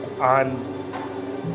on